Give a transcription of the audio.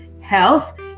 health